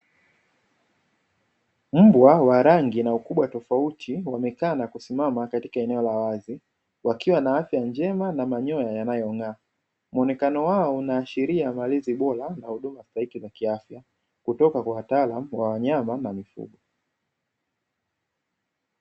Mbwa wa rangi na ukubwa tofauti wamekaa na kusimama katika eneo la wazi, wakiwa na afya njema na manyoya yanayong’aa. Muonekano wao unaashiria malezi bora na huduma stahiki za kiafya kutoka kwa wataalamu wa wanyama na mifugo.